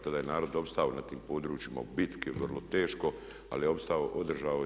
Tada je narod opstao na tim područjima u bitki vrlo teško, ali je opstao, održao se.